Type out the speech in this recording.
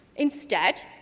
instead,